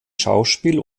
schauspiel